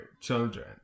children